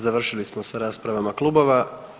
Završili smo sa raspravama Klubova.